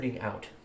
out